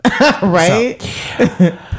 right